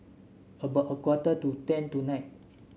about a quarter to ten tonight